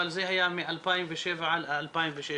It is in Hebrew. אבל זה היה מ-2007 עד 2016,